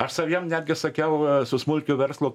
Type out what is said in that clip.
aš saviem netgi sakiau su smulkiu verslu